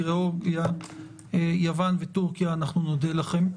גיאורגיה, יוון וטורקיה אנחנו נודה לכם.